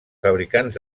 fabricants